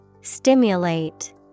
Stimulate